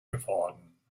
geworden